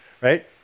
right